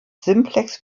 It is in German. simplex